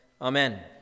amen